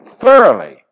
thoroughly